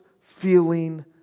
feeling